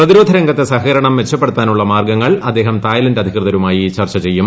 പ്രതിരോക്ക് രംഗ്ത്തെ സഹകരണം മെച്ചപ്പെടുത്താനുള്ള മാർഗ്ഗങ്ങൾ അദ്ദേഹം തായ്ലാന്റ് അധികൃതരുമായി ചർച്ച ചെയ്യും